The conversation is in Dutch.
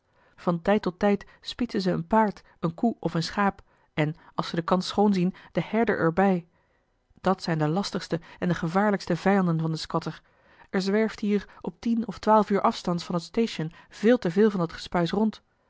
van tijd tot tijd spietsen ze een paard eene koe of een schaap en als ze de kans schoon zien den herder er bij dat zijn de lastigste en de gevaarlijkste vijanden van den squatter er zwerft hier op tien of twaalf uur afstands van het station veel te veel van dat gespuis rond